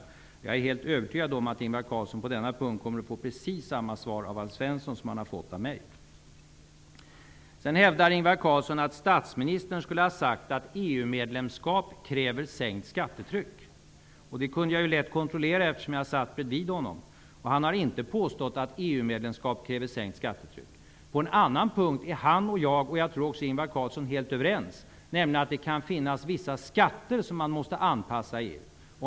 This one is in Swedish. På denna punkt är jag helt övertygad om att Ingvar Carlsson kommer att få precis samma svar av Alf Svensson som han har fått av mig. Ingvar Carlsson hävdar att statsministern skulle ha sagt att EU-medlemskap kräver sänkt skattetryck. Det kunde jag lätt kontrollera eftersom jag satt bredvid honom. Han har inte påstått att EU medlemskap kräver sänkt skattetryck. På en annan punkt är han och jag och, tror jag, även Ingvar Carlsson helt överens. Vi anser nämligen att det kan finnas vissa skatter som man måste anpassa till EU.